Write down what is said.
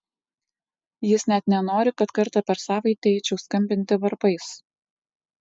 jis net nenori kad kartą per savaitę eičiau skambinti varpais